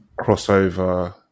crossover